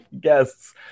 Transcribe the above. guests